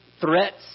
threats